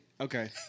Okay